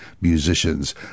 musicians